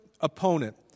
opponent